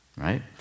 right